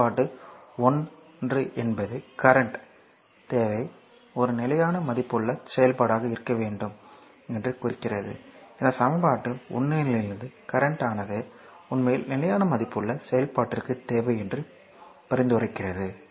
சமன்பாடு 1 என்பது current தேவை ஒரு நிலையான மதிப்புள்ள செயல்பாடாக இருக்க வேண்டும் என்று குறிக்கிறது இந்த சமன்பாடு 1 இலிருந்து கரண்ட் ஆனது உண்மையில் நிலையான மதிப்புள்ள செயல்பாட்டிற்கு தேவை என்று பரிந்துரைக்கிறது